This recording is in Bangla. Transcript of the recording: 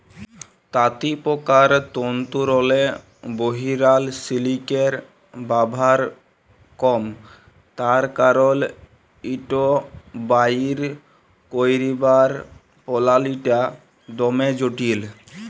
তাঁতিপকার তল্তুরলে বহিরাল সিলিকের ব্যাভার কম তার কারল ইট বাইর ক্যইরবার পলালিটা দমে জটিল